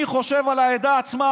אני חושב על העדה עצמה.